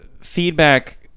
feedback